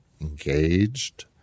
engaged